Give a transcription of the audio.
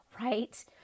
right